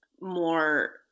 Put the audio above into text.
more